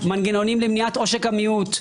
מנגנונים למניעת עושק המיעוט.